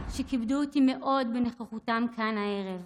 שכיבדו אותי מאוד בנוכחותם כאן הערב.